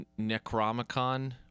Necromicon